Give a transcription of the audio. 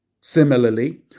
Similarly